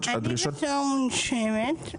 אני בתור מונשמת,